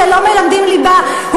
שלא מלמדים ליבה.